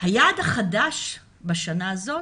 היעד החדש בשנה הזאת,